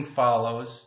follows